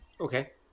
Okay